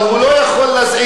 אבל הוא לא יכול להזעיק.